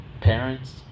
Parents